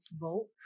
vote